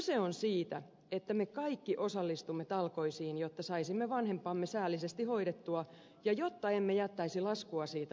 kyse on siitä että me kaikki osallistumme talkoisiin jotta saisimme vanhempamme säällisesti hoidettua ja jotta emme jättäisi laskua siitä lapsillemme